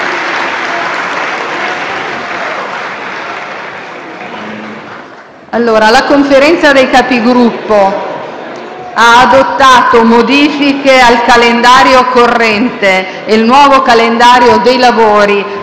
La Conferenza dei Capigruppo ha adottato modifiche al calendario corrente e il nuovo calendario dei lavori